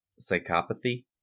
psychopathy